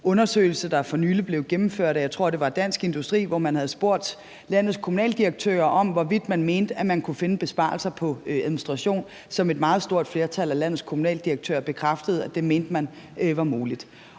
undersøgelse, der for nylig blev gennemført af, jeg tror, det var Dansk Industri, hvor man havde spurgt landets kommunaldirektører om, hvorvidt de mente, at der kunne findes besparelser på administration, at et meget stort flertal af dem bekræftede og mente, at det var muligt.